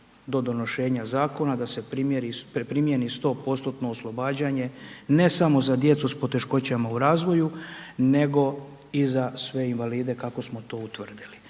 do donošenja zakona da se primijeni 100%-tno oslobađanje ne samo za djecu s poteškoćama u razvoju nego za sve invalide kako smo to i utvrdili.